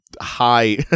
high